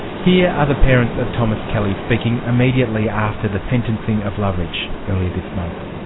here are the parents of thomas kelly speaking immediately after the sentencing of loveridge earlier this month.